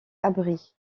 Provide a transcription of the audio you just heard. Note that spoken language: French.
abri